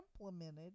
implemented